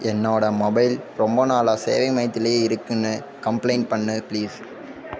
என்னோடய மொபைல் ரொம்ப நாளாக சேவை மையத்திலேயே இருக்குதுனு கம்ப்ளைண்ட் பண்ணு ப்ளீஸ்